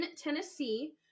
Tennessee